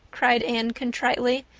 cried anne contritely.